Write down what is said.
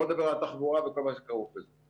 שלא לדבר על התחבורה וכל מה שכרוך בזה.